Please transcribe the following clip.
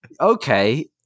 okay